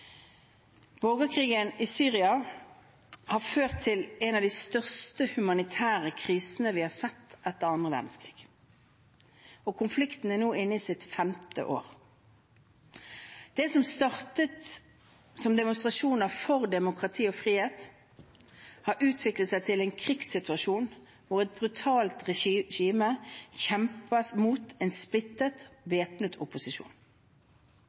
Borgerkrigen i Syria har ført til en av de største humanitære krisene vi har sett etter annen verdenskrig, og konflikten er nå inne i sitt femte år. Det som startet som demonstrasjoner for demokrati og frihet, har utviklet seg til en krigssituasjon hvor et brutalt regime kjemper mot en splittet væpnet opposisjon.